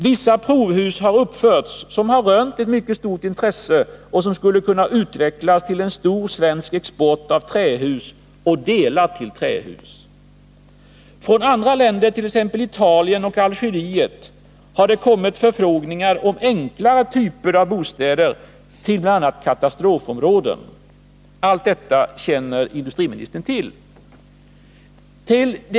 Vissa provhus har uppförts som har rönt ett mycket stort intresse, och det skulle kunna bli en stor svensk export av trähus och delar till trähus. Från andra länder, t.ex. Italien och Algeriet, har det kommit förfrågningar om enklare typer av bostäder till bl.a. katastrofområden. Allt detta känner industriministern till.